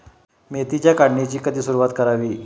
मेथीच्या काढणीची कधी सुरूवात करावी?